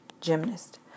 gymnast